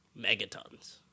megatons